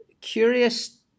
Curious